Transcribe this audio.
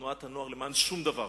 תנועת הנוער למען שום דבר.